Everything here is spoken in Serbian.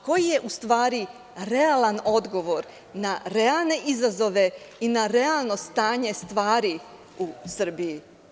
Koji je, u stvari, realan odgovor na realne izazove i na realno stanje stvari u Srbiji?